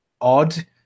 odd